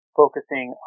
focusing